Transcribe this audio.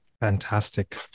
fantastic